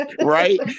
Right